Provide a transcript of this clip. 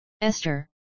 Esther